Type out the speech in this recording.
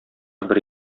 бер